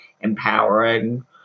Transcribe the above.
empowering